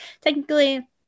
technically